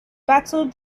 battled